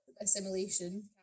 assimilation